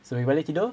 so we balik tidur